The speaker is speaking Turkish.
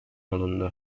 alındı